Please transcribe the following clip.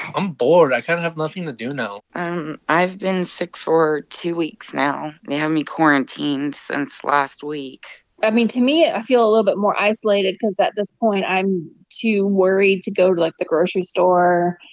i'm bored. i kind of have nothing to do now um i've been sick for two weeks now. they have me quarantined since last week i mean, to me, i feel a little bit more isolated because, at this point, i'm too worried to go to, like, the grocery store.